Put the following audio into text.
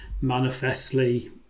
manifestly